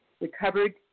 recovered